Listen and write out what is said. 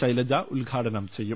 ശൈലജ ഉദ്ഘാ ടനം ചെയ്യും